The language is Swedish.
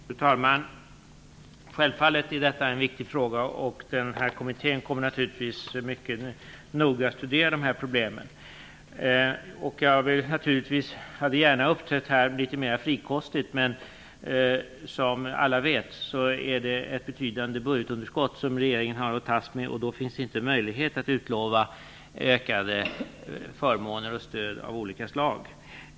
Fru talman! Självfallet är detta en viktig fråga, och kommittén kommer naturligtvis att mycket noga studera dessa problem. Jag hade naturligtvis gärna uppträtt litet mera frikostigt här, men som alla vet har regeringen ett betydande budgetunderskott att gripa sig an med, och det finns då inte möjlighet att utlova ökade förmåner och stöd av olika slag.